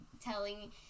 telling